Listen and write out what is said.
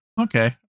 okay